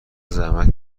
زحمت